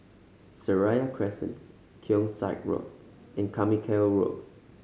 Seraya Crescent Keong Saik Road and Carmichael Road